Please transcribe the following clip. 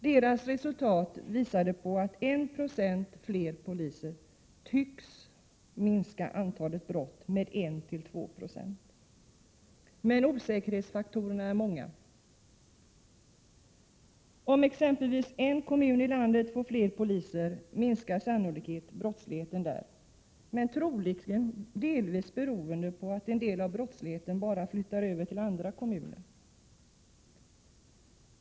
Deras resultat visade på att 1 2 fler poliser tycks minska antalet brott med 1-2 20. Men osäkerhetsfaktorerna är många. Om exempelvis en kommun i landet får fler poliser minskar sannolikt brottsligheten där, men troligen delvis beroende på att en del av brottsligheten bara flyttar över till andra kommuner.